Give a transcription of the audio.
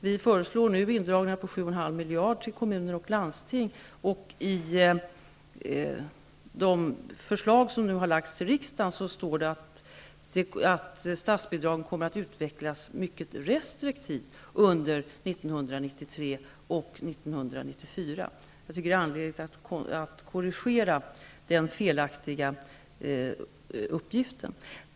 Vi föreslår nu indragningar på 7,5 miljarder från kommuner och landsting, och i det förslag som har lagts i riksdagen står det att statsbidraget kommer att utvecklas mycket restriktivt under 1993 och 1994. Jag tycker att det är angeläget att korrigera den felaktiga uppgiften.